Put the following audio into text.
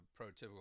prototypical